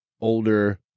older